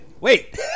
wait